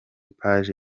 page